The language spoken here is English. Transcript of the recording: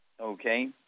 okay